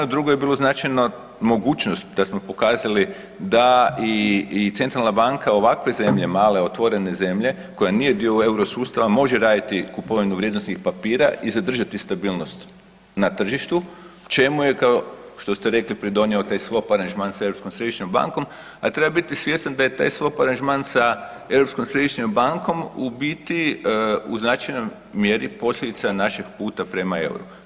Drugo je bilo značajno mogućnost da smo pokazali da i centralna banke ovakve zemlje male, otvorene zemlje koja nije dio euro sustava, može raditi kupovinu vrijednosnih papira i zadržati stabilnost na tržištu, čemu je kao što ste rekli, pridonio taj swap aranžman sa Europskom središnjom bankom a treba biti svjestan da je taj swap aranžman sa Europskom središnjom bankom u biti u značajnoj mjeri, posljedica našeg puta prema euru.